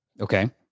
Okay